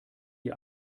die